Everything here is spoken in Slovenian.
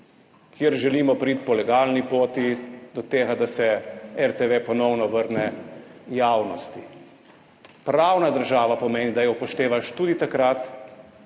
kjer želimo priti po legalni poti do tega, da se RTV ponovno vrne javnosti. Pravna država pomeni, da jo upoštevaš tudi takrat,